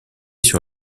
sur